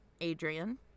Adrian